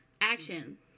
action